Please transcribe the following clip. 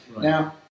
Now